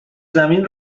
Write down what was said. زمین